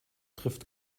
trifft